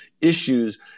issues